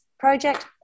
project